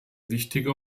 wichtige